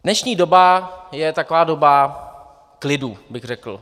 Dnešní doba je taková doba klidu, bych řekl.